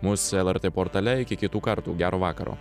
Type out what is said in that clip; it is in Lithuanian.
mus lrt portale iki kitų kartų gero vakaro